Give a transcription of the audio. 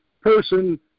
person